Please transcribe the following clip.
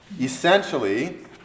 essentially